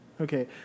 Okay